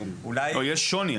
יש שוני.